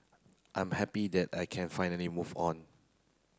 I am happy that I can finally move on